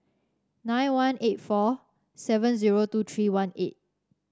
nine one eight four seven zero two three one eight